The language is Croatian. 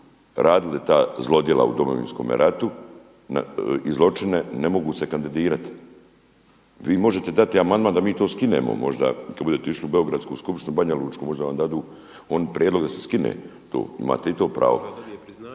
radili ta zlodjela u Domovinskome ratu i zločine ne mogu se kandidirati. Vi možete dati amandman da mi to skinemo, možda kada budete išli u beogradsku skupštinu, banjalučku možda vam dadu oni prijedlog da se skine, imate i to pravo,